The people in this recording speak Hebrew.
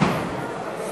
גברתי